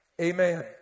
Amen